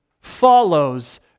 follows